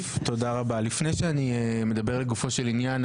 לפני שאני מדבר לגופו של עניין,